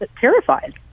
terrified